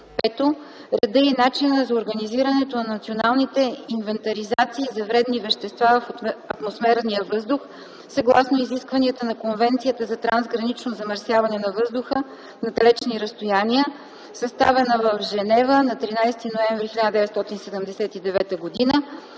5. реда и начина за организирането на националните инвентаризации за вредни вещества в атмосферния въздух съгласно изискванията на Конвенцията за трансгранично замърсяване на въздуха на далечни разстояния, съставена в Женева на 13 ноември 1979 г.